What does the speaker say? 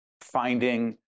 finding